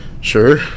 sure